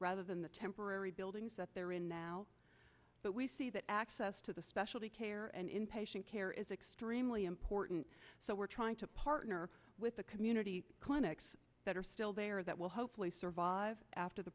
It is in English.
rather than the temporary buildings that they're in now but we see that access to the specialty care and inpatient care is extremely important so we're trying to partner with the community clinics that are still there that will hopefully survive after the